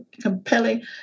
compelling